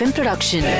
Production